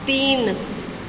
तीन